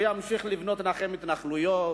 הוא ימשיך לבנות לכם התנחלויות,